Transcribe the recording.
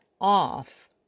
Off